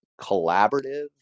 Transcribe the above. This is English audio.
collaborative